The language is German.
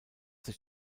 sich